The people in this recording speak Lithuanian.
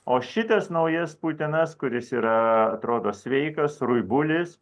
o šitas naujas putinas kuris yra atrodo sveikas ruibulis